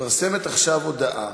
מתפרסמת עכשיו הודעה,